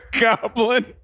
goblin